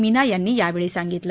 मीना यांनी यावेळी सांगितलं